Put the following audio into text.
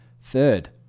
third